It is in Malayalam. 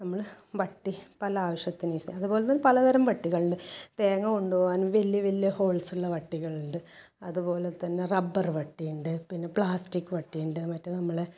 നമ്മൾ വട്ടി പല ആവശ്യത്തിന് യൂസ് ചെയ്യും അതുപോലെ തന്നെ പലതരം വട്ടികളുണ്ട് തേങ്ങ കൊണ്ടുപോകാൻ വലിയ വലിയ ഹോൾസ് ഉള്ള വട്ടികളുണ്ട് അതുപോലെ തന്നെ റബ്ബർ വട്ടിയുണ്ട് പിന്നെ പ്ലാസ്റ്റിക് വട്ടിയുണ്ട് മറ്റേ നമ്മുടെ